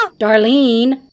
Darlene